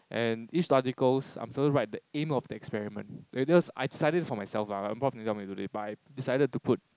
and each articles I'm supposed to write the aim of the experiment this one is I decided it for myself lah my prof didn't tell me to do this but I decided to put